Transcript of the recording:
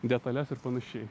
detales ir panašiai